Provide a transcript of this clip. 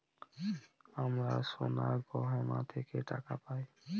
আমরা সোনার গহনা থেকে টাকা পায়